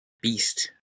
Beast